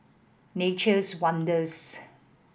Nature's Wonders